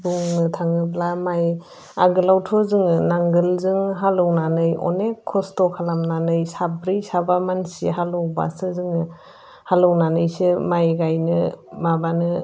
बुंनो थाङोब्ला माइ आगोलावथ' जोङो नांगोलजों हालेवनानै अनेक खस्थ' खालामनानै साब्रै साबा मानसि हालेवबासो जोङो हालेवनानैसो माइ गायनो माबानो